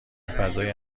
فضای